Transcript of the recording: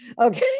Okay